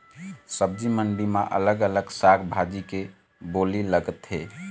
सब्जी मंडी म अलग अलग साग भाजी के बोली लगथे